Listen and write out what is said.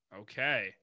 Okay